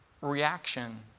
reaction